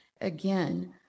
Again